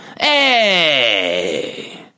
Hey